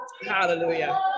hallelujah